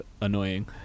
annoying